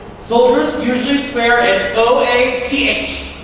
soldiers usually swear an o a t h.